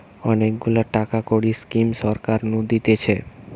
অনেক গুলা টাকা কড়ির স্কিম সরকার নু দিতেছে